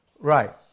Right